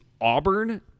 Auburn